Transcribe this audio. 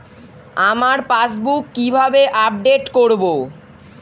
আমার পাসবুক কিভাবে আপডেট করবো?